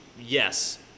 yes